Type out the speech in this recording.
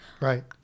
Right